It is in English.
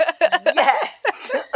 yes